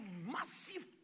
massive